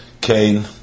Cain